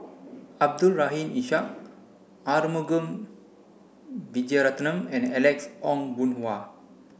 Abdul Rahim Ishak Arumugam Vijiaratnam and Alex Ong Boon Hau